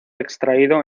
extraído